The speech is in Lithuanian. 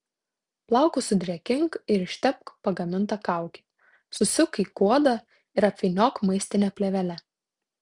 plaukus sudrėkink ir ištepk pagaminta kauke susuk į kuodą ir apvyniok maistine plėvele